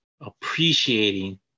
appreciating